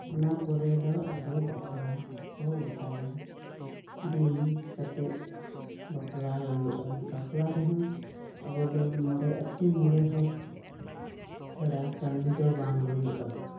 ᱚᱱᱟ ᱯᱚᱨᱮ ᱫᱚ ᱟᱫᱚ ᱵᱟᱯᱞᱟ ᱠᱚ ᱜᱚᱴᱟᱭᱟ ᱫᱤᱱ ᱠᱟᱛᱮᱫ ᱵᱟᱯᱞᱟ ᱦᱩᱭᱩᱜᱼᱟ ᱵᱟᱯᱞᱟ ᱨᱮᱦᱚᱸ ᱟᱵᱚᱫᱚ ᱢᱚᱬᱮ ᱟᱛᱳ ᱢᱚᱬᱮ ᱦᱚᱲ ᱪᱷᱟᱲᱟ ᱠᱟᱹᱢᱤᱫᱚ ᱵᱟᱝ ᱦᱩᱭᱩᱜᱼᱟ